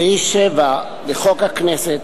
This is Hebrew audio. סעיף 7 לחוק הכנסת,